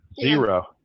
Zero